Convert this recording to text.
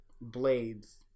blades